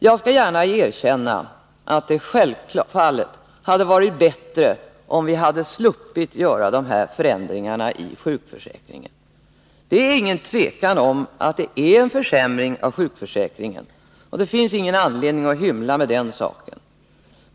Jag skall gärna erkänna att det självfallet hade varit bättre, om vi hade sluppit göra dessa förändringar i sjukförsäkringen. Det är ingen tvekan om att det är en försämring av sjukförsäkringen — det finns ingen anledning att hymla med den saken.